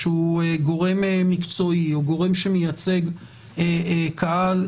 גורם מקצועי או גורם שמייצג קהל,